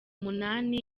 umunani